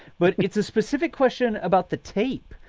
but it's a specific question about the tape.